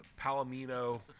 Palomino